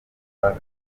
back